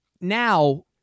now